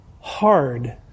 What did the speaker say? hard